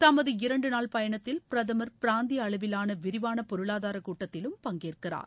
தமது இரண்டு நாள் பயணத்தில் பிரதமா் பிராந்திய அளவிலான விரிவான பொருளாதார கூட்டத்திலும் பங்கேற்கிறார்